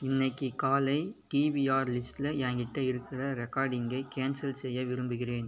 இன்றைக்கி காலை டிவிஆர் லிஸ்டில் எங்கிட்ட இருக்கிற ரெக்கார்டிங்கை கேன்சல் செய்ய விரும்புகிறேன்